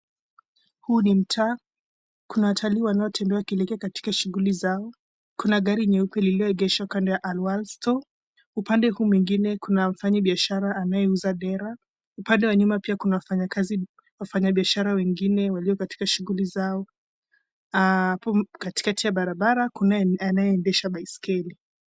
Huu ni mtaa, kuna watalii wanaotembea wakielekea katika shughuli zao ,kuna gari nyeupe lililoegeshwa kando ya Al Awal Store, upande huu mwingine kuna mfanyi biashara anayeuza dera. Upande wa nyuma pia kuna wafanyakazi wafanyi biashara wengine walio katika shughuli zao. Hapo katikati ya barabara kuna anayeendesha baiskeli.